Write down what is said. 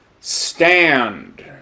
stand